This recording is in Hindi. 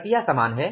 प्रक्रिया समान है